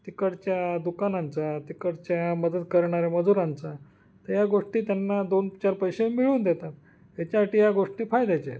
तिकडच्या दुकानांचा तिकडच्या मदत करणाऱ्या मजुरांचा तर या गोष्टी त्यांना दोन चार पैसे मिळून देतात याच्यासाठी या गोष्टी फायद्याच्या आहेत